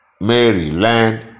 Maryland